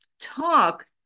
talk